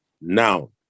now